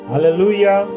Hallelujah